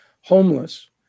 homeless